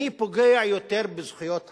מי פוגע יותר בזכויות האדם.